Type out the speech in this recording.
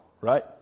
right